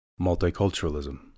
multiculturalism